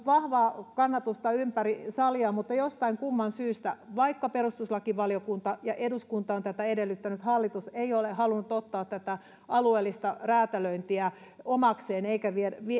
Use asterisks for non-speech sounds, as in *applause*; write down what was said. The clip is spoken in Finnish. *unintelligible* vahvaa kannatusta ympäri salia mutta jostain kumman syystä vaikka perustuslakivaliokunta ja eduskunta ovat sitä edellyttäneet hallitus ei ole halunnut ottaa tätä alueellista räätälöintiä omakseen eikä